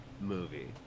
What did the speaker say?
movie